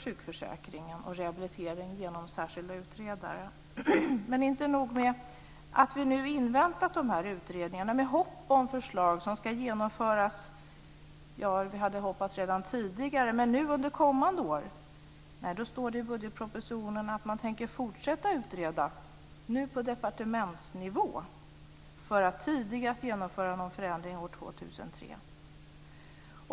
sjukförsäkringen och rehabiliteringen tillräckligt genom särskilda utredare. Men det är inte nog med att vi nu inväntat de här utredningarna med hopp om förslag som ska genomföras under kommande år - vi hade hoppats redan tidigare. Nej, nu står det i budgetpropositionen att man tänker fortsätta att utreda, nu på departementsnivå, för att tidigast genomföra någon förändring år 2003.